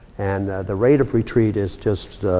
and the rate of retreat is just